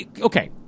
okay